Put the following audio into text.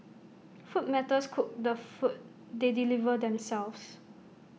food matters cook the food they deliver themselves